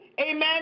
amen